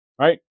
right